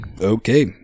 okay